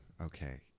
Okay